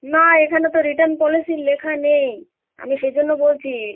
না এখানে তো রিটার্ন পলিসি লেখা নেই আমি সেই জন্য বলছি